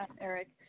Eric